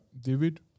David